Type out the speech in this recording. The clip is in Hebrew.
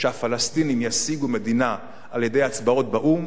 שהפלסטינים ישיגו מדינה על-ידי הצבעות באו"ם,